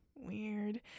weird